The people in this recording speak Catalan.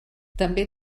també